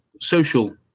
social